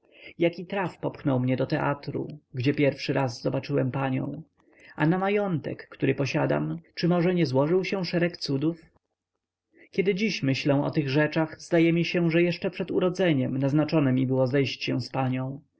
jaki traf popchnął mnie do teatru gdzie pierwszy raz zobaczyłem panią a na majątek który posiadam czy może nie złożył się szereg cudów kiedy dziś myślę o tych rzeczach zdaje mi się że jeszcze przed urodzeniem naznaczone mi było zejść się z panią